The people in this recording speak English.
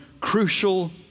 crucial